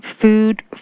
food